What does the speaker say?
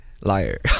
liar